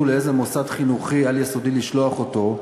לאיזה מוסד חינוכי על-יסודי לשלוח אותו,